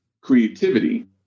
creativity